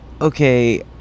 Okay